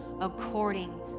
according